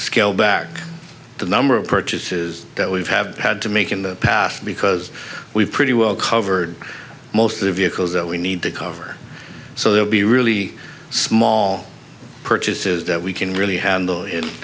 scale back the number of purchases that we've have had to make in the past because we've pretty well covered most of the vehicles that we need to cover so they'll be really small purchases that we can really handle